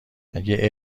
اگه